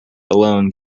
alone